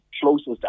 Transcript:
closest